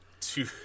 two